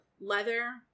leather